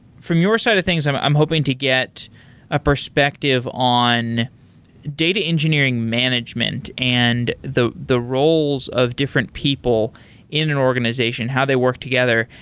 from your side of things, i'm i'm hoping to get a perspective on data engineering management and the roles roles of different people in an organization. how they work together?